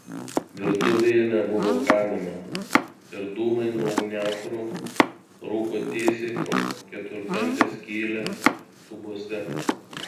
virtuvėje nebuvo kamino ir dūmai nuo ugniakuro rūko tiesiai pro keturkampę skylę lubose